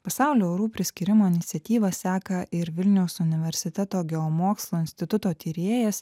pasaulio orų priskyrimo iniciatyvą seka ir vilniaus universiteto geomokslų instituto tyrėjas